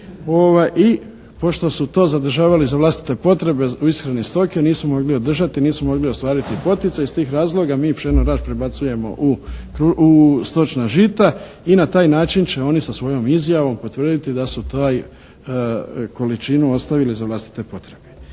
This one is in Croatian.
i pošto su to zadržavali za vlastite potrebe u ishrani stoke nisu mogli održati, nisu mogli ostvariti poticaj i iz tih razloga mi pšeno raž prebacujemo u stočna žita i na taj način će oni sa svojom izjavom potvrditi da su tu količinu ostavili za vlastite potrebe.